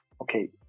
okay